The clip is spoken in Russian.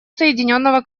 соединенного